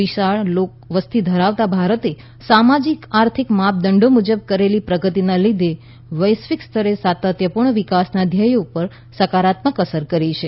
વિશાળ લોકવસતી ધરાવતા ભારતે સામાજીક આર્થિક માપદંડો મુજબ કરેલી પ્રગતીના લીધે વૈશ્વિક સ્તરે સાતત્યપુર્ણ વિકાસના ધ્યેય ઉપર સકારાત્મક અસર કરી છે